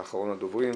אתה אחרון הדוברים.